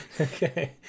Okay